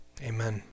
Amen